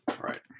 Right